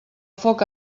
foc